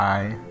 Bye